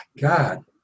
God